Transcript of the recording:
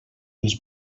els